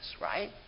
right